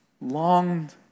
longed